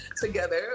together